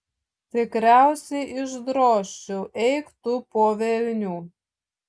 tikriausiai išdrožčiau eik tu po velnių